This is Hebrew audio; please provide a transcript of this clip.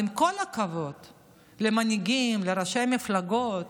עם כל הכבוד למנהיגים, לראשי המפלגות,